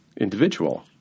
individual